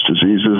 diseases